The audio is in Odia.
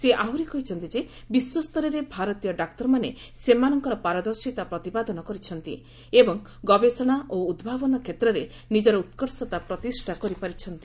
ସେ ଆହୁରି କହିଛନ୍ତି ଯେ ବିଶ୍ୱସ୍ତରରେ ଭାରତୀୟ ଡାକ୍ତରମାନେ ସେମାନଙ୍କର ପାରଦର୍ଶିତା ପ୍ରତିପାଦନ କରିଛନ୍ତି ଏବଂ ଗବେଷଣା ଓ ଉଦ୍ଭାବନ କ୍ଷେତ୍ରରେ ନିଜର ଉତ୍କର୍ଷତା ପ୍ରତିଷ୍ଠା କରିପାରିଛନ୍ତି